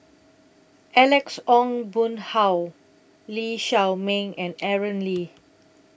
Alex Ong Boon Hau Lee Shao Meng and Aaron Lee